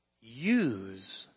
Use